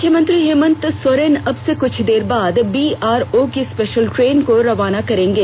मुख्यमंत्री हेमंत सोरेन अब से कुछ देर बाद बीआरओ की स्पेशल ट्रेन को रवाना करेंगे